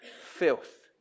filth